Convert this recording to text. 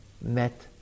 met